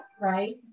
Right